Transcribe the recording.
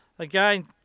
Again